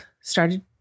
started